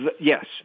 Yes